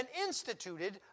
instituted